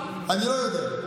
אני לא יודע.